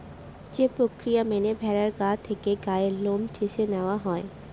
যে প্রক্রিয়া মেনে ভেড়ার গা থেকে গায়ের লোম চেঁছে নেওয়া হয়